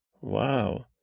Wow